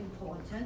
important